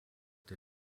der